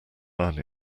man